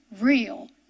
Real